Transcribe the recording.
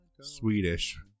Swedish